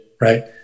right